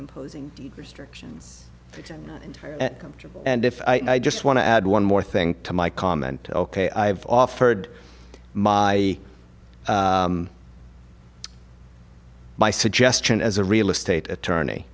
imposing restrictions and comfortable and if i just want to add one more thing to my comment ok i have offered my my suggestion as a real estate attorney